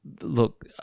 Look